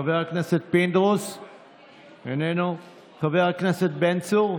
חבר הכנסת פינדרוס, איננו, חבר הכנסת בן צור,